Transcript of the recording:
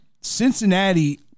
Cincinnati